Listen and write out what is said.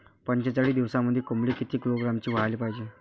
पंचेचाळीस दिवसामंदी कोंबडी किती किलोग्रॅमची व्हायले पाहीजे?